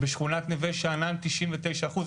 בשכונת נווה שאנן 99 אחוזים.